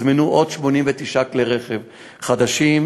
הוזמנו 89 כלי רכב חדשים.